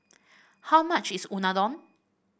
how much is Unadon